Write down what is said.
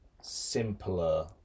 simpler